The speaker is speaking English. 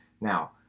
Now